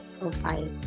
profile